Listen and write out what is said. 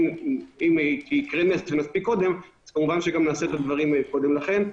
ואם יקרה נס שנספיק קודם אז כמובן שגם נעשה את הדברים קודם לכן.